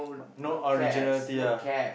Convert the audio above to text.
no originality lah